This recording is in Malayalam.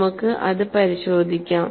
നമുക്ക് അത് പരിശോധിക്കാം